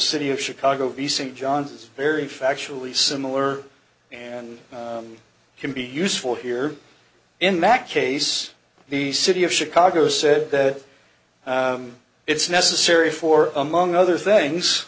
city of chicago recent john is very factually similar and can be useful here in that case the city of chicago said that it's necessary for among other things